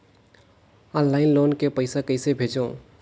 Online loan के पईसा कइसे भेजों?